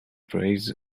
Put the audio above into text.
plays